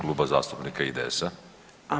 Kluba zastupnika IDS-a.